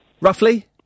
Roughly